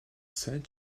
сайн